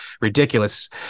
Ridiculous